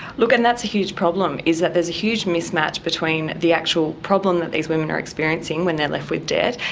look, and that's a huge problem is that there is a huge mismatch between the actual problem that these women are experiencing when they are left with debt,